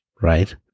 right